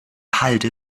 halde